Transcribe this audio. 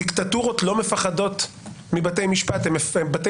דיקטטורות לא מפחדות מבתי משפט בתי